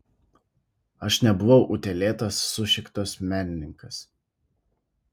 aš nebuvau utėlėtas sušiktas menininkas